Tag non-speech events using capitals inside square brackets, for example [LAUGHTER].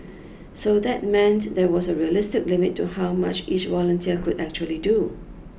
[NOISE] so that meant there was a realistic limit to how much each volunteer could actually do